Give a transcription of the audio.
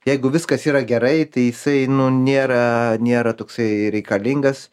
jeigu viskas yra gerai tai jisai nu nėra nėra toksai reikalingas